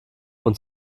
und